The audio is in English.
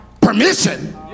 permission